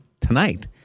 tonight